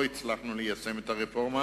לא הצלחנו ליישם את הרפורמה